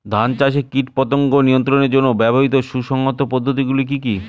ধান চাষে কীটপতঙ্গ নিয়ন্ত্রণের জন্য ব্যবহৃত সুসংহত পদ্ধতিগুলি কি কি?